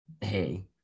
hey